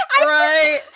Right